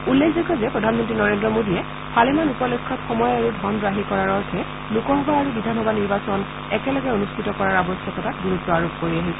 উল্লেখযোগ্য যে প্ৰধানমন্ত্ৰী নৰেন্দ্ৰ মোদীয়ে ভালেমান উপলক্ষ্যত সময় আৰু ধন ৰাহি কৰাৰ অৰ্থে লোকসভা আৰু বিধানসভা নিৰ্বাচন একেলগে অনুষ্ঠিত কৰাৰ আৱশ্যকতাত গুৰুত্ব আৰোপ কৰি আহিছে